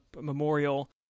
memorial